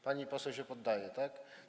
Pani poseł się poddaje, tak?